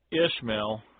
Ishmael